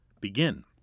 begin